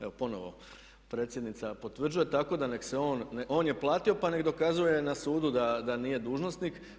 Evo ponovo predsjednica potvrđuje, tako da nek' se on, on je platio pa nek' dokazuje na sudu da nije dužnosnik.